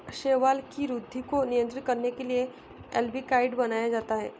शैवाल की वृद्धि को नियंत्रित करने के लिए अल्बिकाइड बनाया जाता है